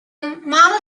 model